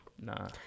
Nah